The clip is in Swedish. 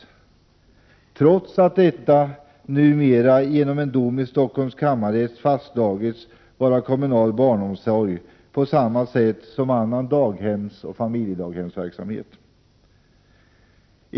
Det är så trots att detta numera genom en dom i Stockholms kammarrätt fastslagits vara kommunal barnomsorg på samma sätt som annan daghemseller familjedaghemsverksamhet.